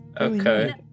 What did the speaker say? Okay